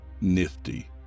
Nifty